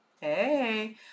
Hey